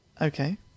Okay